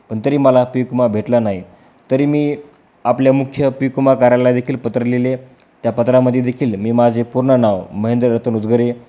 पण तरी मला पीक विमा भेटला नाही तरी मी आपल्या मुख्य पीक विमा कार्यालयाला देखील पत्र लिहिले त्या पत्रामध्ये देखील मी माझे पूर्ण नाव महेंद्र रतन उजगरे